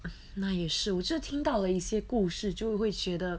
那也是我只听到了一些故事就会觉得